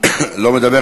לא מדבר.